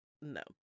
no